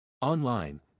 online